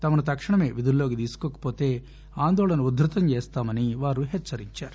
తమను తక్షణమే విధుల లోకి తీసుకోకవోతే ఆందోళనను ఉధృతం చేస్తామని వారు హెచ్చరించారు